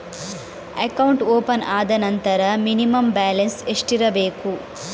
Account open ಆದ ನಂತರ minimum balance ಎಷ್ಟಿರಬೇಕು?